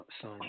son